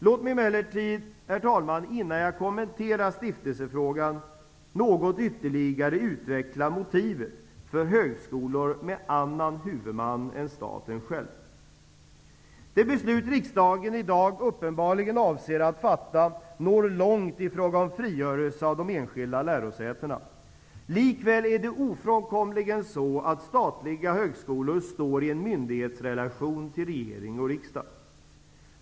Låt mig emellertid, herr talman, innan jag kommenterar stiftelsefrågan, något ytterligare utveckla motiven för högskolor med annan huvudman än staten själv. Det beslut riksdagen i dag uppenbarligen avser att fatta når långt i fråga om frigörelse av de enskilda lärosätena. Likväl är det ofrånkomligen så att statliga högskolor står i en myndighetsrelation till regering och riksdag.